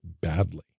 badly